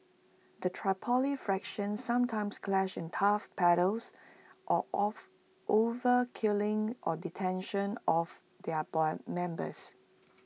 the Tripoli factions sometimes clash in turf battles or over killings or detentions of their members